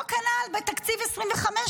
אותו כנ"ל בתקציב 2025,